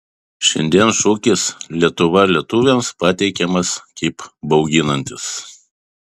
šiandien šūkis lietuva lietuviams pateikiamas kaip bauginantis